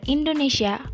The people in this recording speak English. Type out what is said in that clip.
Indonesia